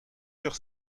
sur